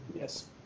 Yes